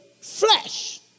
Flesh